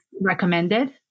recommended